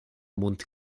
mund